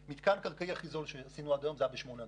המתקן הקרקעי הכי זול שעשינו עד היום היה שמונה אגורות.